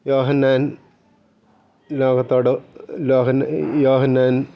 യോഹന്നാൻ ലോകത്തോട് ലോഹന യോഹന്നാൻ